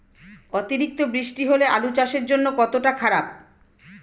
অতিরিক্ত বৃষ্টি হলে আলু চাষের জন্য কতটা খারাপ?